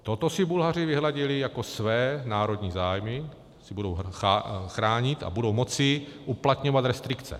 Toto si Bulhaři vyhradili jako své národní zájmy, které si budou chránit, a budou moci uplatňovat restrikce.